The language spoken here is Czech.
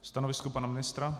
Stanovisko pana ministra?